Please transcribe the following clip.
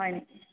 হয় নেকি